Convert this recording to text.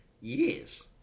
Years